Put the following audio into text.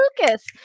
Lucas